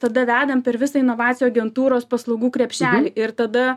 tada vedam per visą inovacijų agentūros paslaugų krepšelį ir tada